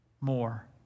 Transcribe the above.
more